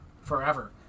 forever